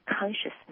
consciousness